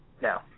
No